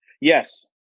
Yes